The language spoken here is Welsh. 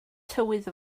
tywydd